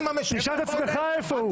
תשאל את עצמך איפה הוא.